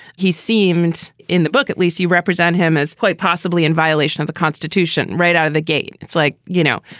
he seems in the book at least you represent him as quite possibly in violation of the constitution right out of the gate. it's like. you know,